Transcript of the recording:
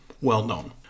well-known